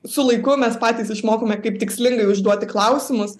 su laiku mes patys išmokome kaip tikslingai užduoti klausimus